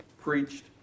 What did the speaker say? preached